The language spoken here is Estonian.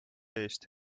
eest